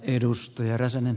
arvoisa puhemies